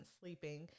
sleeping